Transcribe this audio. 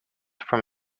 from